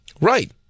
Right